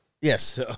Yes